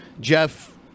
Jeff